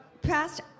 past